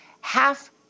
half